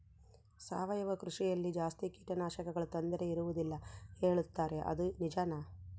ಸಾವಯವ ಕೃಷಿಯಲ್ಲಿ ಜಾಸ್ತಿ ಕೇಟನಾಶಕಗಳ ತೊಂದರೆ ಇರುವದಿಲ್ಲ ಹೇಳುತ್ತಾರೆ ಅದು ನಿಜಾನಾ?